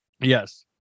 Yes